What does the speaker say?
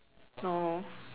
no